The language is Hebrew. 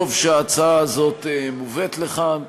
טוב שההצעה הזאת מובאת לכאן.